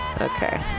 okay